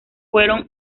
fueron